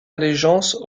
allégeance